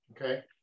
okay